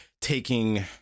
taking